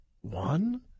one